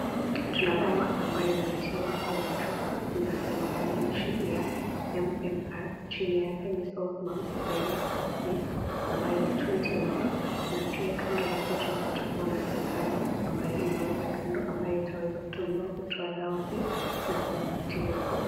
Kuna dawa ambayo imetiwa kwenye chupa inamaandishi ya MMR chini yake measles, mumps, rubella ambayo ni 20 ml na pia kando yake tunapata kuona sindano ambayo imekwa kando ambayo itaweza kutumiwa kutoa dawa hiyo na kumtibu mgonjwa.